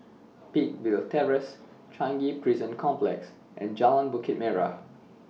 Peakville Terrace Changi Prison Complex and Jalan Bukit Merah